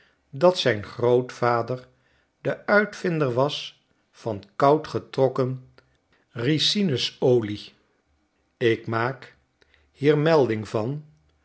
dat zijn grootvader de uitvinder was van koud getrokken ricinusolie ik maak hier melding van